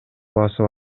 басып